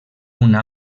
una